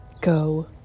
Go